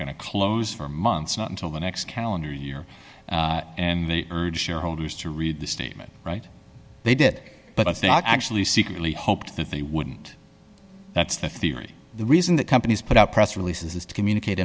going to close for months not until the next calendar year and urge shareholders to read the statement right they did but it's not actually secretly hoped that they wouldn't that's the theory the reason that companies put out press releases is to communicate